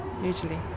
usually